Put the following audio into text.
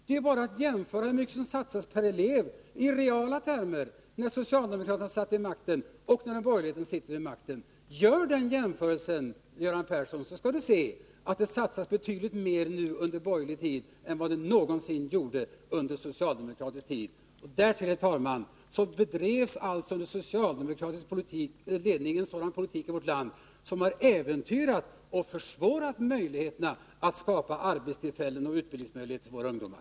Det är bara att jämföra vad som satsades per elev i reala termer när socialdemokraterna satt vid makten med vad som nu satsas när borgerligheten sitter vid makten. Gör man den jämförelsen, Göran Persson, skall man finna att det under borgerlig tid har satsats mer än det någonsin gjordes under den socialdemokratiska tiden. Socialdemokraterna bedrev därtill en sådan politik i vårt land som äventyrade och försvårade möjligheterna att skapa arbetstillfällen och ge utbildning åt våra ungdomar.